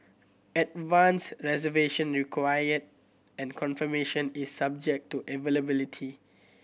advance reservation required and confirmation is subject to availability